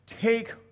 take